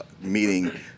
meeting